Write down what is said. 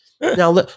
Now